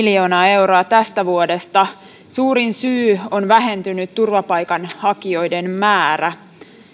miljoonaa euroa tästä vuodesta suurin syy on vähentynyt turvapaikanhakijoiden määrä